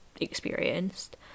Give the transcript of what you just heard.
experienced